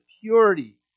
purity